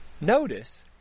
Notice